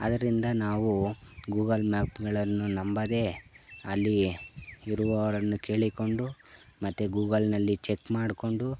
ಆದ್ದರಿಂದ ನಾವು ಗೂಗಲ್ ಮ್ಯಾಪ್ಗಳನ್ನು ನಂಬದೇ ಅಲ್ಲಿಯೇ ಇರುವವರನ್ನು ಕೇಳಿಕೊಂಡು ಮತ್ತೆ ಗೂಗಲ್ನಲ್ಲಿ ಚೆಕ್ ಮಾಡಿಕೊಂಡು